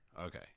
Okay